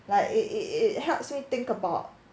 like it it it helps me think about